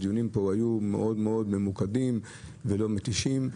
הדיונים פה היו מאוד ממוקדים ולא מתישים.